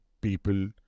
people